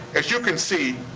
as you can see,